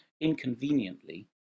inconveniently